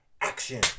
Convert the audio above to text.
action